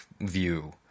view